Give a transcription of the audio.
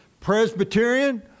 Presbyterian